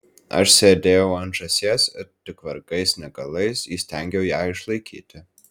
aš sėdėjau ant žąsies ir tik vargais negalais įstengiau ją išlaikyti